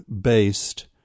based